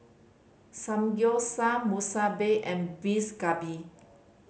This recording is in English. Samgyeopsal Monsunabe and Beef Galbi